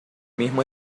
mismo